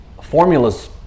formulas